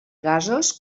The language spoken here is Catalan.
gasos